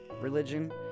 religion